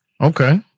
okay